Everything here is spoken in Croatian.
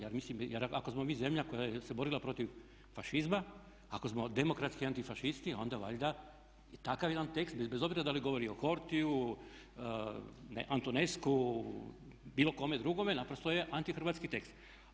Jer ako smo mi zemlja koja se borila protiv fašizma, ako smo demokratski antifašisti onda valjda i takav jedan tekst bez obzira da li govori o Hortiju, Antoneskou bilo kome drugome naprosto je antihrvatski tekst.